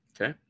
Okay